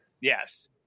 Yes